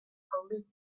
politicians